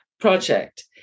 project